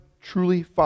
truly